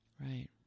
Right